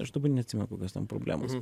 aš dabar neatsimenu kokios ten problemos